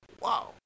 Wow